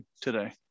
today